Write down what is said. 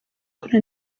kuri